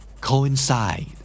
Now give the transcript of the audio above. Coincide